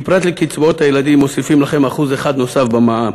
כי פרט לקצבאות הילדים מוסיפים לכם 1% נוסף במע"מ.